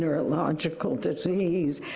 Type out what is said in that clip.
neurological disease,